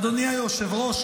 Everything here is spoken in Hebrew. אדוני היושב-ראש,